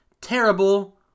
terrible